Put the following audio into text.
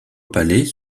palais